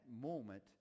moment